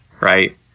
right